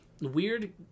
weird